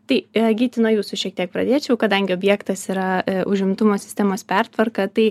tai gyti nuo jūsų šiek tiek pradėčiau kadangi objektas yra užimtumo sistemos pertvarka tai